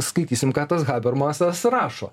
skaitysim ką tas habermasas rašo